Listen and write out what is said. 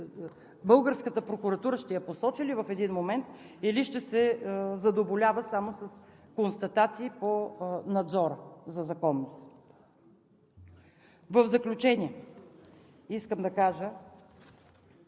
Българската прокуратура ще я посочи ли в един момент, или ще се задоволява само с констатации по надзора за законност? В заключение искам да кажа: